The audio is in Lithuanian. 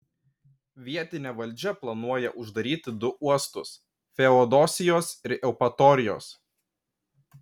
vietinė valdžia planuoja uždaryti du uostus feodosijos ir eupatorijos